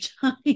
time